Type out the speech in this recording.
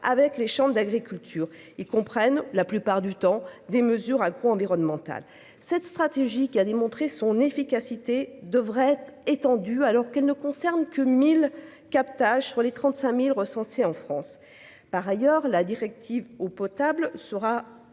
avec les chambres d'agriculture. Ils comprennent la plupart du temps des mesures agro-environnementales. Cette stratégie qui a démontré son efficacité devrait être étendue. Alors qu'elle ne concerne que 1000 captages sur les 35.000 recensés en France. Par ailleurs, la directive eau potable sera